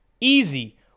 Easy